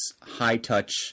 high-touch